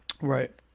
Right